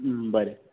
बरें